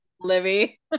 Libby